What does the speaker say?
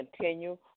continue